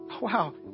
wow